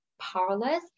powerless